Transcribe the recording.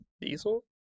diesel